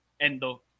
endo